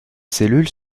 cellules